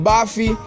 Buffy